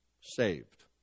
Saved